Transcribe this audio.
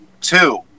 two